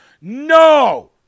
no